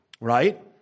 right